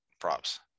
props